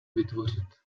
vytvořit